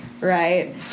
Right